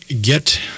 get